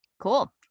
Cool